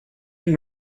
and